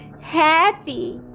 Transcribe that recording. happy